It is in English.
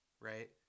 right